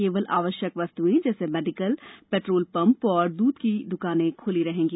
केवल आवश्यक वस्तुएं जैसे मेडीकल पेट्रोल पम्प और दूध की दुकानें खुली रहेंगी